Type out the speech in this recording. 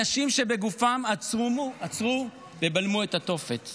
אנשים שבגופם עצרו ובלמו את התופת.